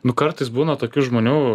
nu kartais būna tokių žmonių